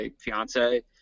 fiance